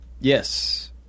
Yes